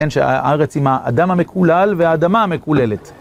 כן, שהארץ היא עם האדם המקולל והאדמה המקוללת.